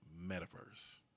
Metaverse